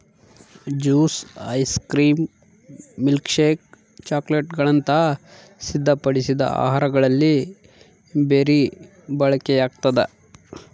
juice ice cream milkshake ಚಾಕೊಲೇಟ್ಗುಳಂತ ಸಿದ್ಧಪಡಿಸಿದ ಆಹಾರಗಳಲ್ಲಿ ಬೆರಿ ಬಳಕೆಯಾಗ್ತದ